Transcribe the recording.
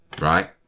right